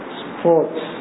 sports